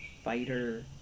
fighter